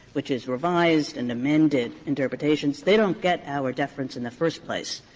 which is revised and amended interpretations, they don't get auer deference in the first place.